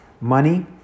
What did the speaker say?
money